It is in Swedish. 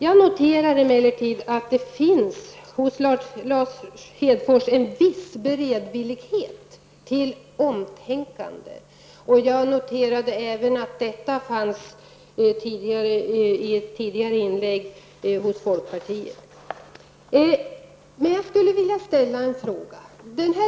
Jag noterade emellertid att det hos Lars Hedfors finns en viss beredvillighet till omtänkande. Jag noterade även att sådan beredvillighet finns hos folkpartiet. Men jag skulle vilja ställa en fråga.